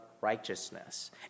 righteousness